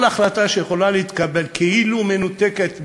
כל החלטה שיכולה להתקבל כאילו היא מנותקת מאילת,